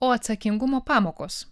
o atsakingumo pamokos